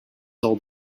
old